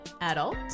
adult